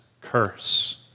curse